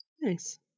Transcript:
Nice